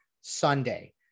Sunday